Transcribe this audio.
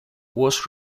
was